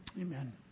Amen